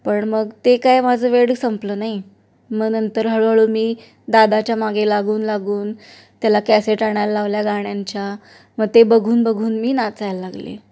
पण मग ते काय माझं वेड संपलं नाही मग नंतर हळूहळू मी दादाच्या मागे लागून लागून त्याला कॅसेट आणायला लावल्या गाण्यांच्या मग ते बघून बघून मी नाचायला लागले